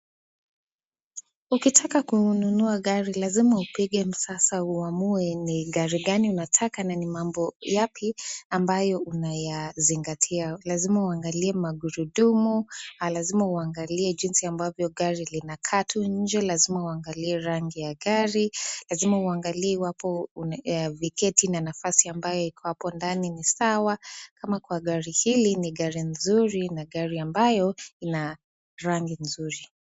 Ukitaka kununua gari lazima upige msasa uamue ni gari gani unataka na ni mambo yapi ambayo unayazingatia? Lazima uangalie magurudumu, lazima uangalie jinsi ambavyo gari linakaa tu nje, lazima uangalie rangi ya gari, lazima uangalie iwapo viketi na nafasi ambayo iko hapo ndani ni sawa. Kama kwa gari hili ni gari nzuri na gari ambayo ina rangi nzuri.